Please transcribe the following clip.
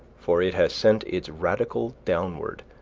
for it has sent its radicle downward,